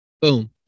boom